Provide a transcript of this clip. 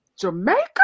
Jamaica